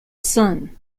sun